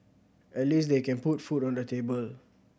at least they can put food on the table